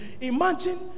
imagine